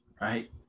right